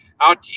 out